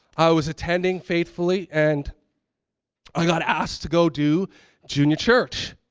i was attending faithfully and i got asked to go do junior church.